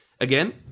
Again